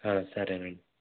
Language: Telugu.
సరేనండి